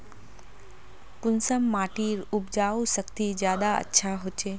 कुंसम माटिर उपजाऊ शक्ति ज्यादा अच्छा होचए?